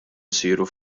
isiru